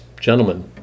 gentlemen